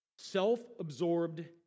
Self-absorbed